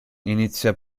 inizia